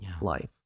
life